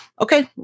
okay